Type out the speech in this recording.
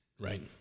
Right